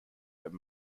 other